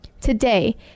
Today